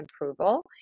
approval